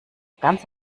ganz